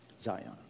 Zion